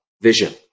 vision